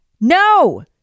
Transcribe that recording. No